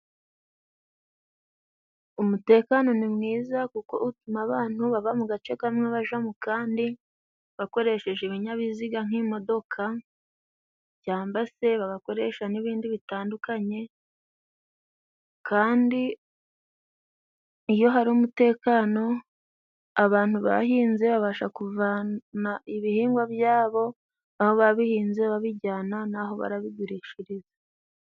Umutekano ni mwiza kuko utuma abantu bava mu gace kamwe baja mu kandi, bakoresheje ibinyabiziga nk'imodoka, cyamba se bagakoresha n'ibindi bitandukanye, kandi iyo hari umutekano, abantu bahinze babasha kuvana ibihingwa byabo aho babihinze babijyana aho barabigurishiriza.